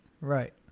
Right